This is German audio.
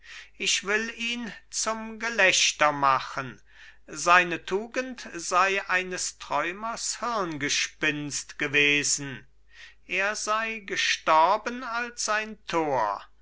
ich will ihn zum gelächter machen seine tugend sei eines träumers hirngespinst gewesen er sei gestorben als ein tor